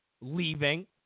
leaving